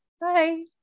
Bye